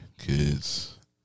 Kids